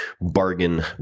bargain